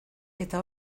eta